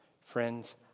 Friends